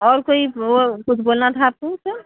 اور کوئی وہ کچھ بولنا تھا آپ کو ایسا